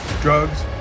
Drugs